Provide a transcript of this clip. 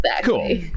cool